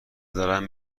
دارن